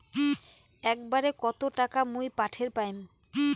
একবারে কত টাকা মুই পাঠের পাম?